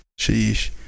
Sheesh